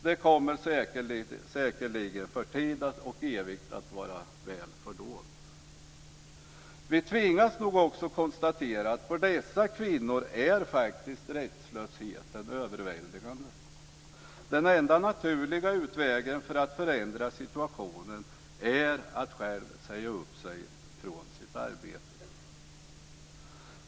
Det kommer säkerligen att vara väl fördolt för tid och evighet. Vi tvingas nog också konstatera att rättslösheten för dessa kvinnor faktiskt är överväldigande. Den enda naturliga utvägen för att förändra situationen är att själv säga upp sig från sitt arbete.